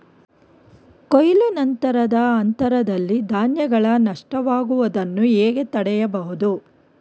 ಕೊಯ್ಲು ನಂತರದ ಹಂತದಲ್ಲಿ ಧಾನ್ಯಗಳ ನಷ್ಟವಾಗುವುದನ್ನು ಹೇಗೆ ತಡೆಯಬಹುದು?